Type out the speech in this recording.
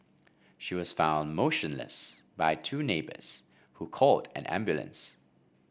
she was found motionless by two neighbours who called an ambulance